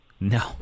No